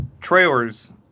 trailers